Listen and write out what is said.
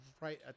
right